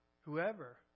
whoever